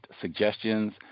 suggestions